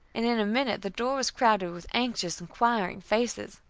and in a minute the door was crowded with anxious, inquiring faces.